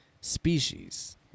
species